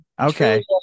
Okay